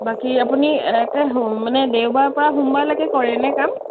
বাকী আপুনি একে মানে দেওবাৰ পৰা সোমবাৰ লৈকে কৰেনে কাম